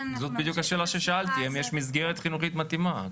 זה בדיוק מה שאלתי, אם יש מסגרת חינוכית מתאימה?